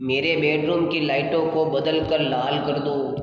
मेरे बेडरूम की लाइटों को बदल कर लाल कर दो